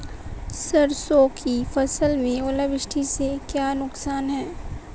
सरसों की फसल में ओलावृष्टि से क्या नुकसान है?